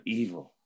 evil